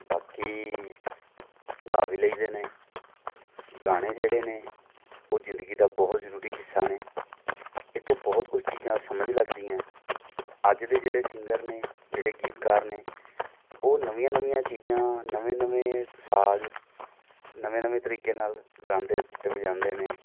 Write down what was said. ਬਾਕੀ ਗਾ ਵੀ ਲਈਦੇ ਨੇ ਗਾਣੇ ਜਿਹੜੇ ਨੇ ਉਹ ਜ਼ਿੰਦਗੀ ਦਾ ਬਹੁਤ ਜ਼ਰੂਰੀ ਹਿੱਸਾ ਨੇ ਇਹ ਤੋਂ ਬਹੁਤ ਕੁਛ ਚੀਜ਼ਾਂ ਸਮਝ ਲੱਗਦੀਆਂ ਅੱਜ ਦੇ ਜਿਹੜੇ ਸਿੰਗਰ ਨੇ ਜਿਹੜੇ ਗੀਤਕਾਰ ਨੇ ਉਹ ਨਵੀਆਂ ਨਵੀਆਂ ਚੀਜ਼ਾਂ ਨਵੇਂ ਨਵੇਂ ਸਾਜ ਨਵੇਂ ਨਵੇਂ ਤਰੀਕੇ ਨਾਲ਼ ਗਾਉਂਦੇ ਅਤੇ ਵਜਾਉਂਦੇ ਨੇ